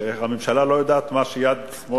לא יודעת מה שיד שמאל עושה.